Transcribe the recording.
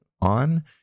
on